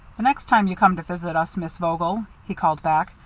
the next time you come to visit us, miss vogel, he called back,